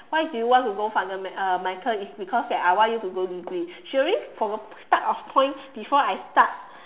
why do you want to go fundamental uh is because that I want you to go degree she already from the start of point before I start